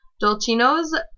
Dolcino's